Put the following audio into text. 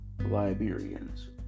Liberians